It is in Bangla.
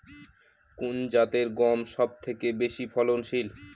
কোন জাতের গম সবথেকে বেশি ফলনশীল?